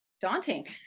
daunting